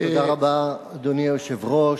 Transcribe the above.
תודה רבה, אדוני היושב-ראש,